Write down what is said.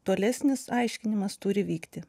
tolesnis aiškinimas turi vykti